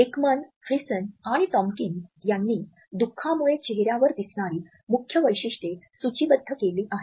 Ekman Friesen आणि Tomkins यांनी दुखामुळे चेहऱ्यावर दिसणारी मुख्य वैशिष्ट्ये सूचीबद्ध केली आहेत